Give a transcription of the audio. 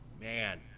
Man